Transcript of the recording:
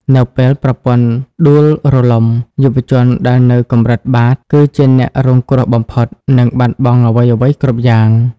នៅពេលប្រព័ន្ធដួលរលំ យុវជនដែលនៅកម្រិតបាត គឺជាអ្នករងគ្រោះបំផុត និងបាត់បង់អ្វីៗគ្រប់យ៉ាង។